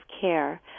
care